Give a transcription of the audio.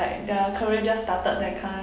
like their career just started that kind